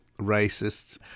racists